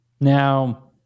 Now